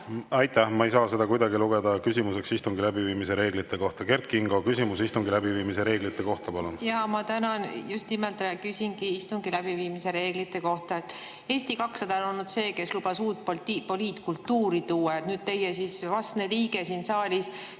Aitäh! Ma ei saa seda kuidagi lugeda küsimuseks istungi läbiviimise reeglite kohta. Kert Kingo, küsimus istungi läbiviimise reeglite kohta, palun! Jaa, ma tänan! Just nimelt küsingi istungi läbiviimise reeglite kohta. Eesti 200 on olnud see, kes lubas uut poliitkultuuri tuua. Nüüd aga teie vastne liige siin saalis